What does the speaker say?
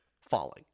falling